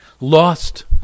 lost